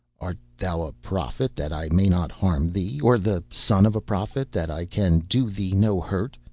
art thou a prophet, that i may not harm thee, or the son of a prophet, that i can do thee no hurt?